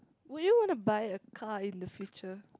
would you wanna buy a car in the future